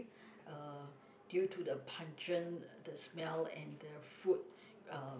uh due to the pungent the smell and the fruit uh